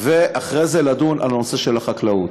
ואחרי זה לדון על נושא החקלאות.